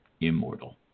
immortal